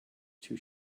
too